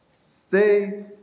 Stay